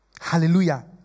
Hallelujah